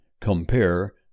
Compare